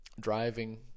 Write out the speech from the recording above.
driving